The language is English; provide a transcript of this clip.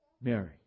Mary